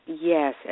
Yes